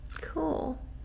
cool